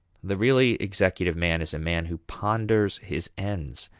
the really executive man is a man who ponders his ends,